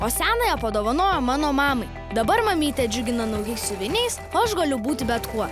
o senąją padovanojo mano mamai dabar mamytė džiugina naujais siuviniais o aš galiu būti bet kuo